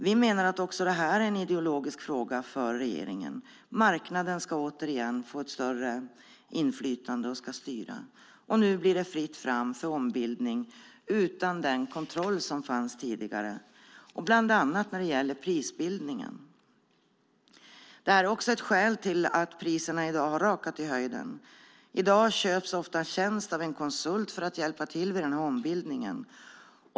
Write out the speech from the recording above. Vi menar att också det här är en ideologisk fråga för regeringen. Marknaden ska återigen få ett större inflytande och ska styra. Nu blir det fritt fram för ombildning utan den kontroll som fanns tidigare, bland annat när det gäller prisbildningen. Det här är också ett skäl till att priserna i dag har rakat i höjden. I dag köps ofta tjänsten av en konsult som ska hjälpa till vid ombildningen.